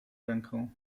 ręką